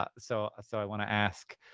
ah so so i want to ask.